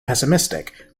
pessimistic